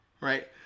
right